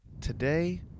today